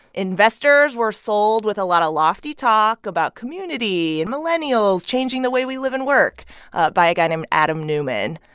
investors were sold with a lot of lofty talk about community and millennials changing the way we live and work by a guy named adam neumann.